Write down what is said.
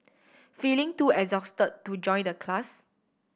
feeling too exhausted to join the class